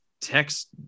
text